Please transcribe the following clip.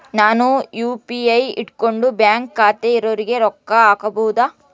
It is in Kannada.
ನಾನು ಯು.ಪಿ.ಐ ಇಟ್ಕೊಂಡು ಬ್ಯಾಂಕ್ ಖಾತೆ ಇರೊರಿಗೆ ರೊಕ್ಕ ಹಾಕಬಹುದಾ?